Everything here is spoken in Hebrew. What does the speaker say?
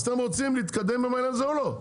אז אתם רוצים להתקדם עם העניין הזה או לא?